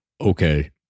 okay